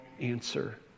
answer